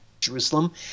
Jerusalem